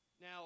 Now